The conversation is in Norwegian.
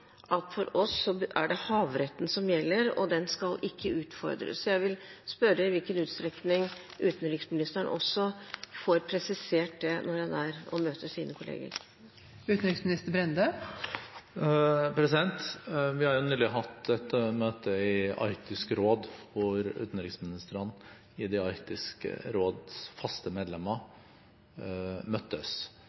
at for oss er det havretten som gjelder, og den skal ikke utfordres. Så jeg vil spørre i hvilken utstrekning utenriksministeren også får presisert det når han møter sine kolleger. Vi har nylig hatt et møte i Arktisk råd, hvor utenriksministrene i rådets faste medlemmer møttes.